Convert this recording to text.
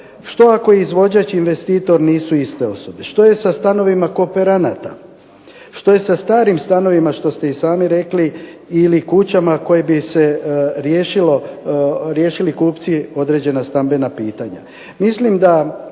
što ako investitor i izvođač nisu iste osobe, što je sa stanovima kooperanata, što je sa starim stanovima što ste sami rekli ili kućama koji bi se riješili kupci određena stambena pitanja. Mislim da